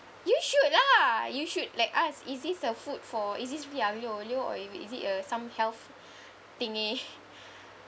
you should lah you should like ask is this the food for is this really aglio olio or if is it uh some health thingy